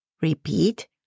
Repeat